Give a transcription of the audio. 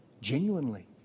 genuinely